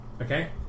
Okay